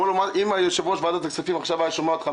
שאל אותו רינו צרור: אם יושב-ראש ועדת הכספים עכשיו היה שומע אותך,